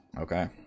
Okay